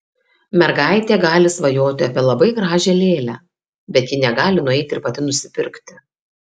mergaitė gali svajoti apie labai gražią lėlę bet ji negali nueiti ir pati nusipirkti